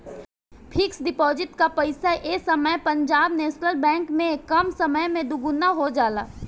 fix deposit कअ पईसा ए समय पंजाब नेशनल बैंक में कम समय में दुगुना हो जाला